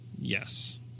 Yes